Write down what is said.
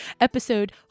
Episode